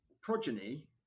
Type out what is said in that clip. progeny